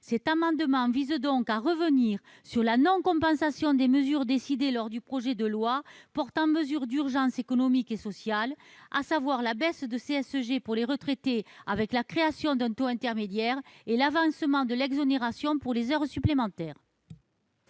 Cet amendement vise donc à revenir sur la non-compensation des mesures décidées au travers de la loi portant mesures d'urgence économiques et sociales : la baisse de la CSG pour les retraités, avec la création d'un taux intermédiaire, et l'avancement de l'exonération sur les heures supplémentaires.